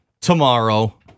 tomorrow